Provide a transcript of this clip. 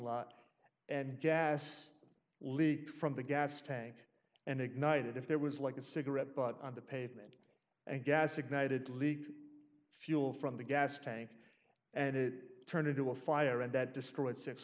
lot and gas leak from the gas tank and ignited if there was like a cigarette butt on the pavement and gas ignited leaking fuel from the gas tank and it turned into a fire and that destroyed six